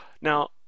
Now